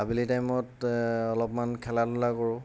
আবেলি টাইমত অলপমান খেলা ধূলা কৰোঁ